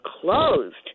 closed